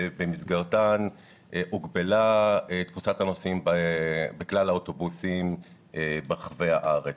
שבמסגרתן הוגבלה תפוסת הנוסעים בכלל האוטובוסים ברחבי הארץ.